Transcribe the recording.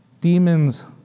Demons